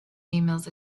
emails